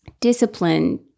discipline